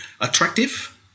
attractive